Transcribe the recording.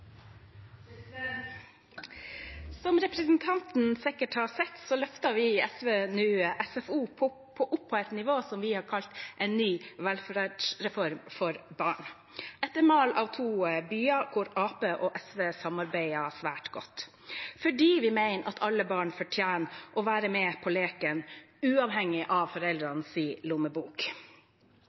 Som representanten sikkert har sett, løfter vi i SV nå SFO opp på et nivå som fvi har kalt en ny velferdsreform for barn, etter mal av to byer hvor Arbeiderpartiet og SV samarbeider svært godt. Det er fordi vi mener at alle barn fortjener å være med på leken, uavhengig av foreldrenes lommebok.